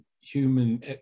human